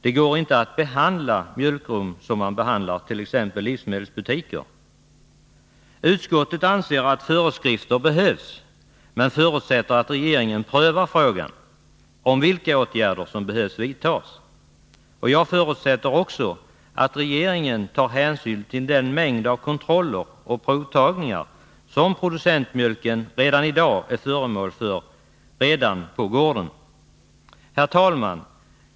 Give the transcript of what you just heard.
Det går inte att behandla mjölkrum som man behandlar exempelvis livsmedelsbutiker. Utskottet anser att föreskrifter behövs men förutsätter att regeringen prövar frågan om vilka åtgärder som måste vidtas. Jag förutsätter också att regeringen tar hänsyn till den mängd av kontroller och provtagningar som producentmjölken i dag är föremål för redan på gården. Herr talman!